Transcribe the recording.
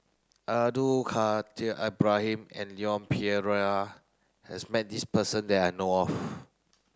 Abdul Kadir Ibrahim and Leon Perera has met this person that I know of